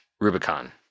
Rubicon